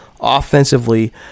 offensively